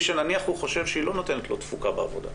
שנניח הוא חושב שהיא לא נותנת לו תפוקה בעבודה?